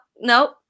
Nope